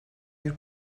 bir